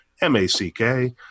M-A-C-K